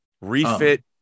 refit